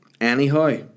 Anyhow